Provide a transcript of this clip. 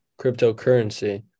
cryptocurrency